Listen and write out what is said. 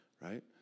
right